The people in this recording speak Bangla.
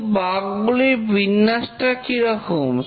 কিন্তু বাগগুলির বিন্যাসটা কি রকম